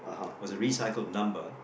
was a recycled number